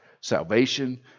salvation